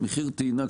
מחיר הטעינה,